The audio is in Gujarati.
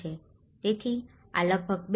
તેથી આ લગભગ 2